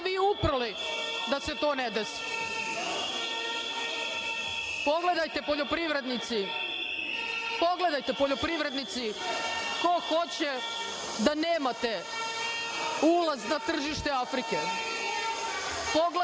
se vi uprli da se to ne desi. Pogledajte, poljoprivrednici ko hoće da nemate ulaz na tržište Afrike.